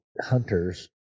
hunters